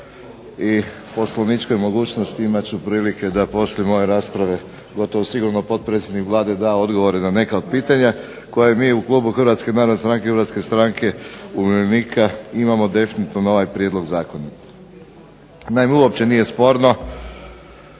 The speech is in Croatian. i poslovničkoj mogućnosti imat ću prilike da poslije moje rasprave gotovo sigurno potpredsjednik Vlade da odgovore na neka od pitanja koje mi u klubu HNS-HSU-a imamo definitivno na ovaj prijedlog zakona. Naime, uopće nije sporno